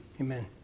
Amen